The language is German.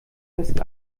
ist